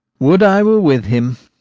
would i were with him!